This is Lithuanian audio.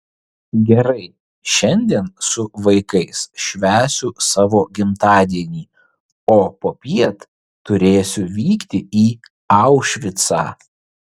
gerai šiandien su vaikais švęsiu savo gimtadienį o popiet turėsiu vykti į aušvicą